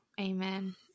Amen